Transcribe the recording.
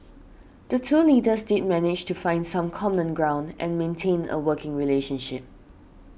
the two leaders did manage to find some common ground and maintain a working relationship